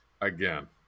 again